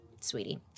sweetie